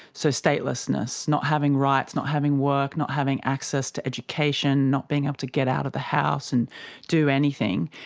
so statelessness, not having rights, not having work, not having access to education, not being able to get out of the house and do anything.